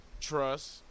Trust